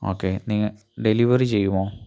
okay നിങ്ങൾ delivery ചെയ്യുമോ